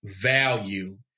value